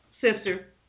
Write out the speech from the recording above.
Sister